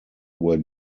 were